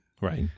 Right